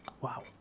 Wow